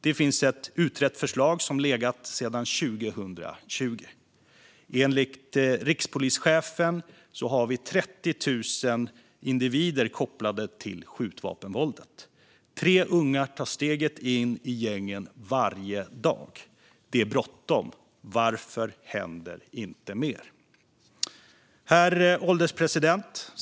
Det finns ett utrett förslag som legat sedan 2020. Enligt rikspolischefen har vi 30 000 individer kopplade till skjutvapenvåldet. Tre unga tar steget in i gängen varje dag. Det är bråttom. Varför händer inte mer? Herr ålderspresident!